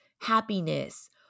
happiness